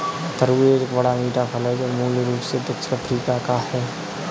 तरबूज एक बड़ा, मीठा फल है जो मूल रूप से दक्षिणी अफ्रीका का है